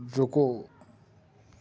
ਰੁਕੋ